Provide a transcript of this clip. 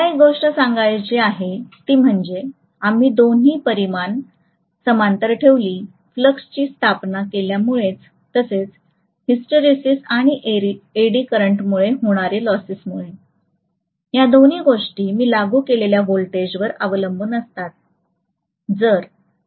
मला एक गोष्ट सांगायची आहे ती म्हणजे आम्ही दोन्ही परिमाण समांतर ठेवली फ्लॅक्सची स्थापना केल्यामुळे तसेच हिस्टरेसिस आणि एडी करंटमुळे होणारे लॉसमुळे या दोन्ही गोष्टी मी लागू केलेल्या व्होल्टेजवर अवलंबून असतात